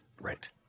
Right